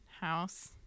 house